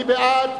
מי בעד?